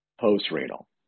post-renal